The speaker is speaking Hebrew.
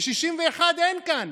ו-61 אין כאן.